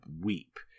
weep